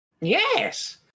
Yes